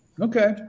okay